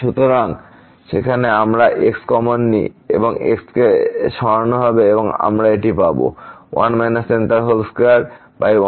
সুতরাং সেখান থেকে আমরা x কমন নিই এই x সরানো হবে এবং আমরা এটি পাব x y2x2y2 1 m21m2 x থেকে মুক্ত